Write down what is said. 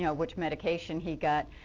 which medication he got.